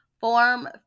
form